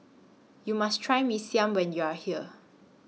YOU must Try Mee Siam when YOU Are here